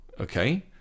okay